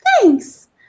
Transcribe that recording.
thanks